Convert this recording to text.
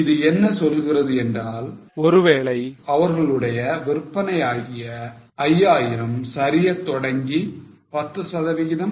இது என்ன சொல்கிறது என்றால் ஒருவேளை அவர்களுடைய விற்பனை ஆகிய 5000 சரியத் தொடங்கி 10சதவிகிதம்